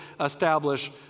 establish